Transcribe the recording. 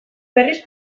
berriz